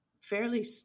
fairly